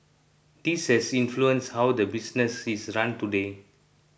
this has influenced how the business is run today